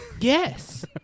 Yes